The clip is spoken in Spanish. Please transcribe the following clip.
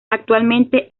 actualmente